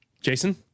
jason